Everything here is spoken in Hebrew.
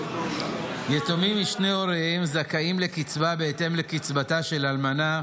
יתומים משני הוריהם זכאים לקצבה בהתאם לקצבתה של אלמנה